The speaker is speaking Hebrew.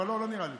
אבל לא נראה לי.